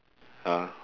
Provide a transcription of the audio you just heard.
!huh!